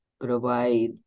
provide